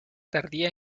tardía